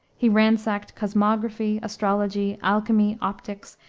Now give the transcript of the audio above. he ransacked cosmography, astrology, alchemy, optics,